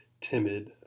timid